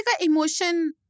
emotion